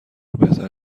بهتر